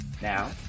now